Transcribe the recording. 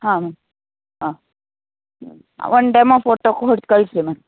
ಹಾಂ ಮ್ಯಾಮ್ ಹಾಂ ಹ್ಞೂ ಒಂದು ಡೆಮೊ ಫೋಟೊ ಕೊಟ್ಟು ಕಳಿಸಿ ಮ್ಯಾಮ್